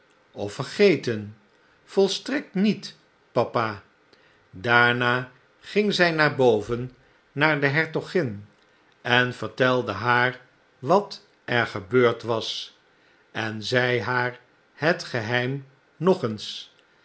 of vergeten volstrekt met papa daarna liep zjj naar boven naar dehertogin en vertelde haar wat er gebeurd was en zei haar het geheim nog eens